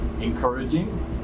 encouraging